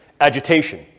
Agitation